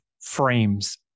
frames